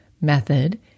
method